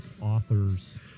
authors